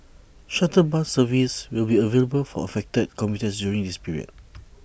shuttle bus service will be available for affected commuters during this period